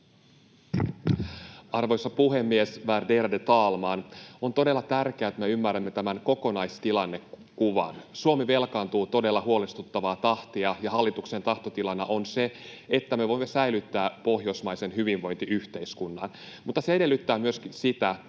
Arvoisa puhemies, värderade talman! On todella tärkeää, että me ymmärrämme tämän kokonaistilannekuvan. Suomi velkaantuu todella huolestuttavaa tahtia, ja hallituksen tahtotilana on se, että me voimme säilyttää pohjoismaisen hyvinvointiyhteiskunnan. Mutta se edellyttää myöskin sitä, että